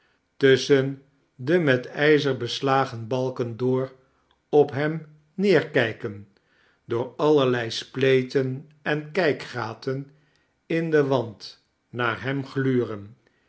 tusschen de met ijzer beslagen balken door op hem neerkijken door allerlei spleten en kijkgaten in den wand naar hem gluren